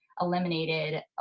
eliminated